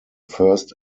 first